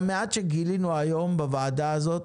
מהמעט שגילינו היום בוועדה הזאת,